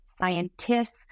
scientists